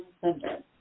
center